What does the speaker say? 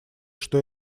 что